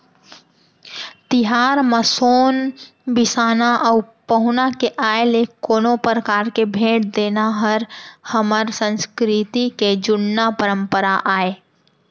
तिहार म सोन बिसाना अउ पहुना के आय ले कोनो परकार के भेंट देना हर हमर संस्कृति के जुन्ना परपंरा आय